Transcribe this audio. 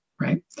right